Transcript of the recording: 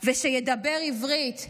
/ ושידבר עברית.